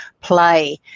play